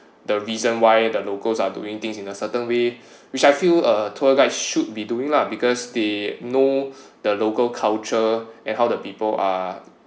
the reason why the locals are doing things in a certain way which I feel uh tour guide should be doing lah because they know the local culture and how the people are